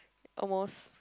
almost